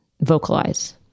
vocalize